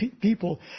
people